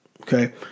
Okay